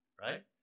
right